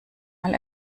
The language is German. mal